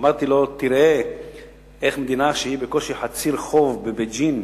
אמרתי לו: תראה איך מדינה שהיא בקושי חצי רחוב בבייג'ין,